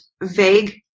vague